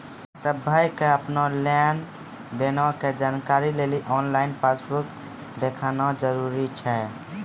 सभ्भे के अपनो लेन देनो के जानकारी लेली आनलाइन पासबुक देखना जरुरी छै